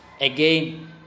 again